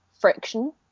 friction